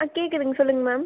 ஆ கேட்குதுங்க சொல்லுங்கள் மேம்